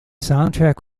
soundtrack